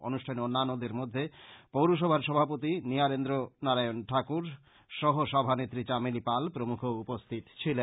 অনুষ্ঠানে অন্যান্যদের মধ্যে পৌরসভার সভাপতি নীহারেন্দ্র নারায়ন ঠাকুর সহ সভানেত্রী চামেলী পাল প্রমুখ উপস্থিত ছিলেন